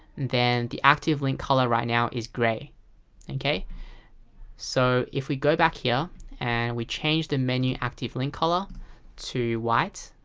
then the active link color right now is gray so if we go back here and we change the menu active link color to white,